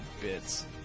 bits